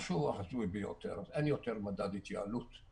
אין יותר מדד התייעלות.